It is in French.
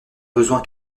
besoin